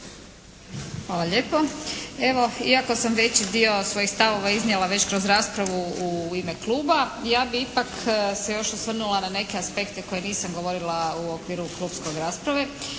Hvala lijepo. Evo, iako sam veći dio svojih stavova iznijela već raspravu u ime kluba ja bi ipak se još osvrnula na neke aspekte koje nisam govorila u okviru klubske rasprave